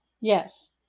Yes